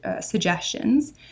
suggestions